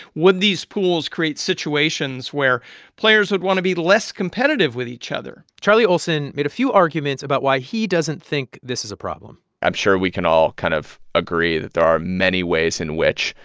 would these pools create situations where players would want to be less competitive with each other? charlie olson made a few arguments about why he doesn't think this is a problem i'm sure we can all kind of agree that there are many ways in which,